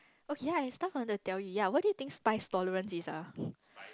oh ya I have stuff I want to tell ya what do you think spice tolerance is ah